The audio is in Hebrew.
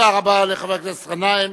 תודה רבה לחבר הכנסת גנאים.